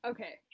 Okay